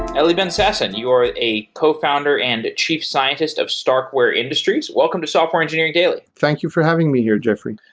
ellie ben-sasson, you are a cofounder and chief scientist of starkware industries. welcome to software engineering daily thank you for having me here, jeffrey.